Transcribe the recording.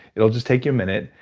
it'll just take you a minute.